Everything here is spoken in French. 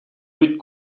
but